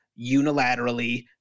unilaterally